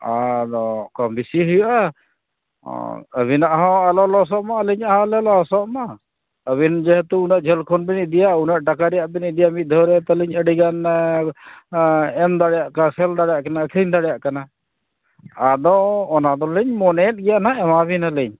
ᱟᱫᱚ ᱠᱚᱢᱼᱵᱮᱹᱥᱤ ᱦᱩᱭᱩᱜᱼᱟ ᱟᱹᱵᱤᱱᱟᱜ ᱦᱚᱸ ᱟᱞᱚ ᱞᱚᱥᱚᱜ ᱢᱟ ᱟᱹᱞᱤᱧᱟᱜ ᱦᱚᱸ ᱟᱞᱚ ᱞᱚᱥᱚᱜ ᱢᱟ ᱟᱹᱵᱤᱱ ᱡᱮᱦᱮᱛᱩ ᱩᱱᱟᱹᱜ ᱡᱷᱟᱹᱞ ᱠᱷᱚᱱᱵᱤᱱ ᱤᱫᱤᱭᱟ ᱩᱱᱟᱹᱜ ᱴᱟᱠᱟ ᱨᱮᱭᱟᱜᱵᱤᱱ ᱤᱫᱤᱭᱟ ᱢᱤᱫᱼᱫᱷᱟᱣᱨᱮ ᱛᱟᱞᱤᱧ ᱟᱹᱰᱤᱜᱟᱱ ᱮᱢ ᱫᱟᱲᱮᱭᱟᱜ ᱠᱚᱣᱟ ᱥᱮᱹᱞ ᱫᱟᱲᱮᱭᱟᱜ ᱠᱤᱱᱟ ᱟᱹᱠᱷᱨᱤᱧ ᱫᱟᱲᱮᱭᱟᱜ ᱠᱟᱱᱟ ᱟᱫᱚ ᱚᱱᱟᱫᱚᱞᱤᱧ ᱢᱚᱱᱮᱭᱮᱫ ᱜᱮᱭᱟ ᱱᱟᱦᱟᱜ ᱮᱢᱟᱵᱤᱱᱟᱞᱤᱧ